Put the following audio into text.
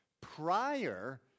prior